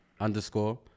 underscore